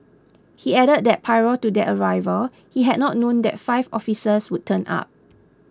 he added that prior to their arrival he had not known that five officers would turn up